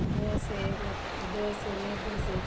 ದೋಸೆ ಮತ್ತು ದೋಸೆ ನೀರುದೋಸೆ